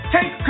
Take